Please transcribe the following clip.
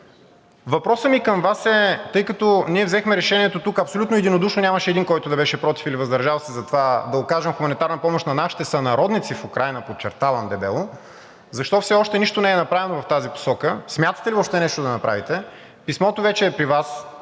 Въпросът ми към Вас е: тъй като ние взехме решението тук абсолютно единодушно, нямаше един, който да беше против или въздържал се, за това да окажем хуманитарна помощ на нашите сънародници в Украйна, подчертавам дебело, защо все още нищо не е направено в тази посока? Смятате ли въобще нещо да направите? Писмото вече е при Вас,